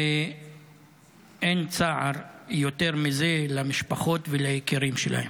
אין צער יותר מזה למשפחות וליקירים שלהם.